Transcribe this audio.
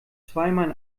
zweimal